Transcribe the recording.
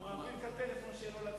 הוא מעביר את הטלפון שלו לצופים.